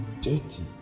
dirty